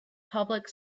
public